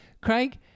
Craig